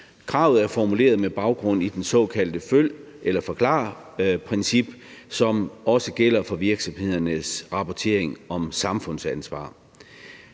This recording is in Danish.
Kravet er formuleret med baggrund i det såkaldte følg eller forklar-princip, som også gælder for virksomhedernes rapportering om samfundsansvar.